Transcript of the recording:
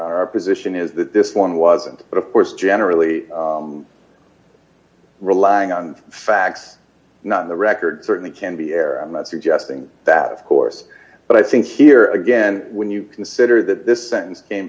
here our position is that this one was and of course generally relying on facts not in the record certainly can be error i'm not suggesting that of course but i think here again when you consider that this sentence came